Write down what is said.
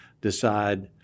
decide